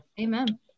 amen